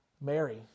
Mary